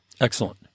Excellent